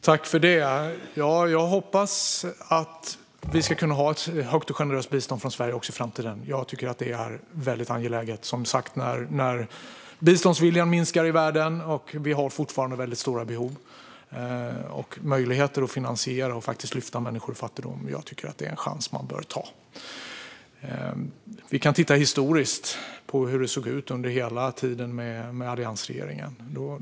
Herr talman! Jag hoppas att vi ska kunna ha ett högt och generöst bistånd från Sverige också i framtiden. Det är väldigt angeläget när biståndsviljan minskar i världen. Vi har fortfarande väldigt stora behov. Vi har möjligheter att finansiera och lyfta människor ur fattigdom. Det är en chans man bör ta. Vi kan titta historiskt på hur det såg ut under hela tiden med alliansregeringen.